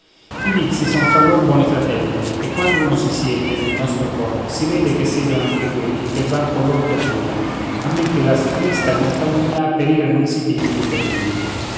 i vizi son fra lor buoni fratelli e quando uno si siede nel nostro cor si vede che siedono anche quelli che van con lor per via a meno che la trista compagnia per ira non si pigli pei capelli